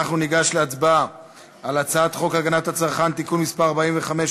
אנחנו ניגש להצבעה על הצעת חוק הגנת הצרכן (תיקון מס' 45),